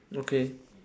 okay